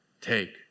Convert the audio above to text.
Take